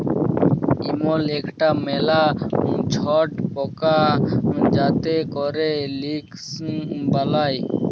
ইমল ইকটা ম্যালা ছট পকা যাতে ক্যরে সিল্ক বালাই